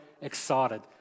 excited